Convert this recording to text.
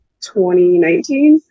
2019